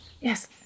Yes